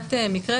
בהצגת מקרה.